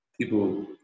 people –